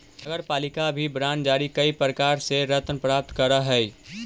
नगरपालिका भी बांड जारी कईक प्रकार से ऋण प्राप्त करऽ हई